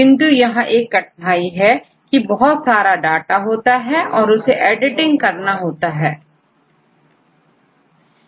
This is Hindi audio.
किंतु यहां पर एक कठिनाई होती है की बहुत सारा डाटा होता है और इसे एडिटिंग करना मुश्किल होता है